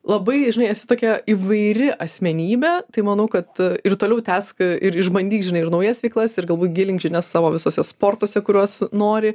labai žinai esi tokia įvairi asmenybė tai manau kad ir toliau tęsk ir išbandyk žinai ir naujas veiklas ir galbūt gilink žinias savo visuose sportuose kuriuos nori